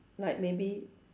like maybe